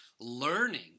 Learning